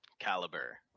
caliber